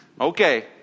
Okay